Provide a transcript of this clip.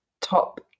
top